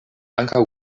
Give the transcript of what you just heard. ankaŭ